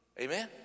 amen